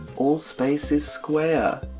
all space is square,